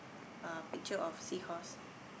a picture of sea horse